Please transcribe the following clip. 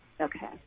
Okay